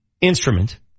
instrument